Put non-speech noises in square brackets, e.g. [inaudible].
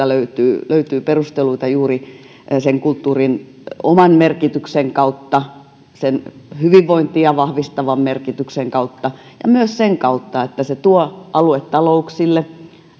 [unintelligible] löytyy löytyy perusteluita juuri sen kulttuurin oman merkityksen kautta sen hyvinvointia vahvistavan merkityksen kautta ja myös sen kautta että se tuo aluetalouksille selkeästi